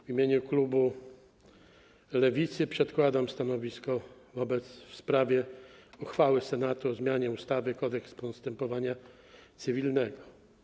W imieniu klubu Lewicy przedkładam stanowisko w sprawie uchwały Senatu o zmianie ustawy - Kodeks postępowania cywilnego.